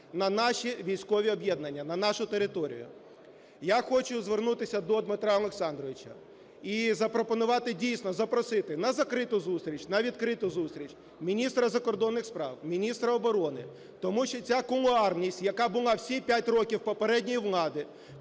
на наші військові об'єднання, на нашу територію. Я хочу звернутися до Дмитра Олександровича і запропонувати, дійсно, запросити на закриту зустріч, на відкриту зустріч міністра закордонних справ, міністра оборони, тому що ця кулуарність, яка була всі п'ять років попередньої влади,